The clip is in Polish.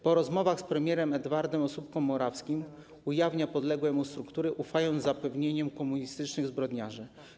Po rozmowach z premierem Edwardem Osóbką-Morawskim ujawnia podległe mu struktury, ufając zapewnieniom komunistycznych zbrodniarzy.